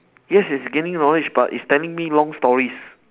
yes it's gaining knowledge but it's telling me long stories